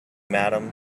madam